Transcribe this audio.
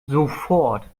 sofort